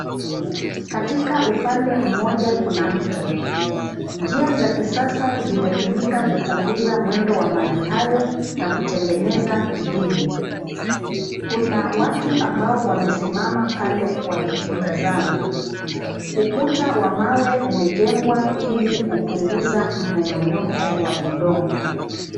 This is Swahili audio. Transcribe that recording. Katika upande mmoja kuna mto. Njia za kisasa zimetumika kupunguza mwendo wa maji hayo na kutengeneza kidibwi. Kuna watu ambao wamesimama pale wakikitazama. Ukuta wa mawe umejengwa ili kupunguza mmomonyoko wa udongo.